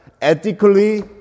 ethically